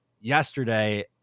yesterday